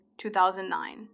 2009